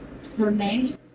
surname